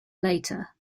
later